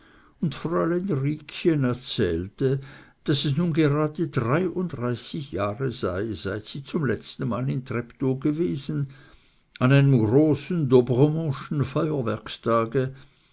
und fräulein riekchen erzählte daß es nun gerade dreiunddreißig jahre sei seit sie zum letztenmal in treptow gewesen an einem großen dobremontschen feuerwerkstage